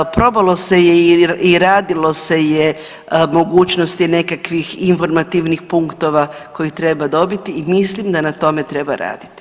Probalo se je i radilo se je mogućnosti nekakvih informativnih punktova koje treba dobiti i mislim da na tome treba raditi.